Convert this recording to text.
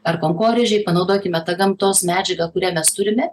ar kankorėžiai panaudokime tą gamtos medžiagą kurią mes turime